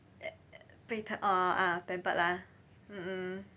uh uh 被疼 orh ah pampered lah mm